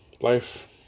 Life